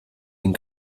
den